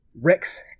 Rex